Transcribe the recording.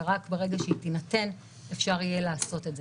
ורק ברגע שהיא תינתן אפשר יהיה לעשות את זה.